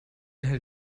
hält